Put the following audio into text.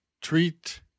treat